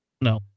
no